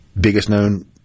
biggest-known